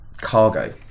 Cargo